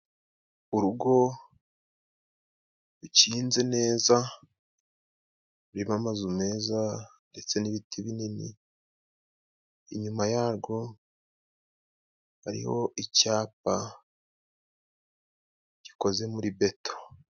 Urugo rukinze neza rurimo amazu meza ndetse n'ibiti binini, inyuma yarwo hariho icyapa gikoze muri beto.